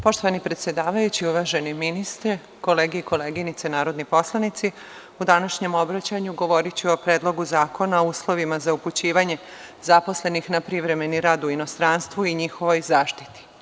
Poštovani predsedavajući, uvaženi ministre, kolege i koleginice narodni poslanici, u današnjem obraćanju govoriću o Predlogu zakona o uslovima za upućivanje zaposlenih na privremeni rad u inostranstvu i njihovoj zaštiti.